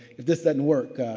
if this doesn't work,